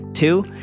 Two